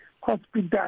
Hospital